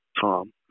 Tom